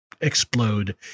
explode